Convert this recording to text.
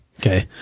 okay